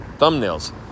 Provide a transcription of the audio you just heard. thumbnails